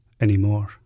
anymore